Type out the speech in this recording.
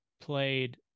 played